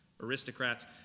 aristocrats